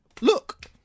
Look